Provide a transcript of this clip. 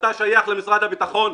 אתה שייך למשרד הביטחון.